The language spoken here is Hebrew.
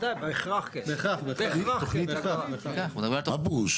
מגיש התוכנית הגיש את התוכנית והמתכנן אמר לו שהתוכנית לא